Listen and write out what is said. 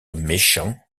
méchant